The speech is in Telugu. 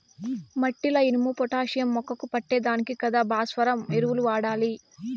మట్టిల ఇనుము, పొటాషియం మొక్కకు పట్టే దానికి కదా భాస్వరం ఎరువులు వాడాలి